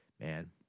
Man